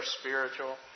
spiritual